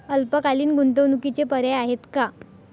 अल्पकालीन गुंतवणूकीचे पर्याय आहेत का?